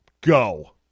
go